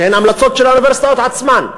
שהן המלצות של האוניברסיטאות עצמן,